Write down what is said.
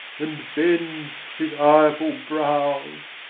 and bends his ireful brows!